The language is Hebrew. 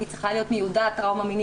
היא צריכה להיות מיודעת טראומה מינית,